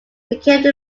became